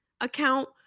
account